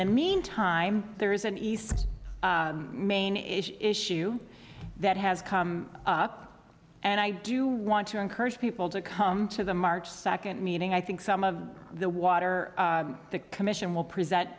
the meantime there is an east main issue that has come up and i do want to encourage people to come to the march second meeting i think some of the water commission will present